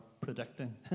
predicting